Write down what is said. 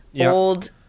old